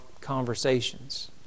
conversations